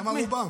למה רובם?